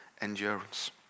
endurance